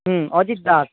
হুম Ajit Das